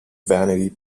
vanity